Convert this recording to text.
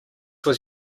was